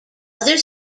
other